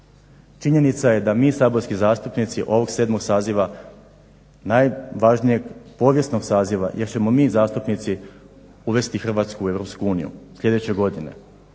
Činjenica je da mi saborski zastupnici ovog VII. saziva, najvažnijeg povijesnog saziva jer ćemo mi zastupnici uvesti Hrvatsku u Europsku uniju sljedeće godine,